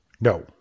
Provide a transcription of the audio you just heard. No